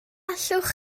allwch